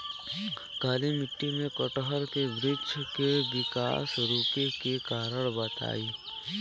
काली मिट्टी में कटहल के बृच्छ के विकास रुके के कारण बताई?